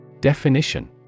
Definition